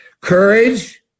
Courage